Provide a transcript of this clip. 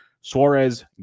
Suarez